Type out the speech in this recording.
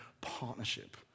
partnership